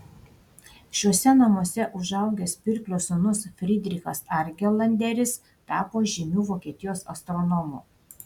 šiuose namuose užaugęs pirklio sūnus frydrichas argelanderis tapo žymiu vokietijos astronomu